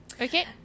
Okay